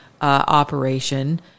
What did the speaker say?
operation